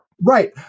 Right